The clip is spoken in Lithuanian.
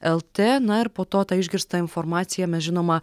lt na ir po to tą išgirstą informaciją mes žinoma